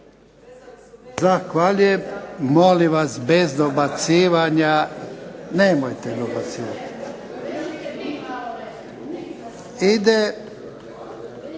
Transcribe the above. Zahvaljujem. Molim vas, bez dobacivanja. Nemojte dobacivati. Idemo